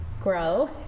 grow